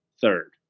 third